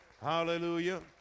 Hallelujah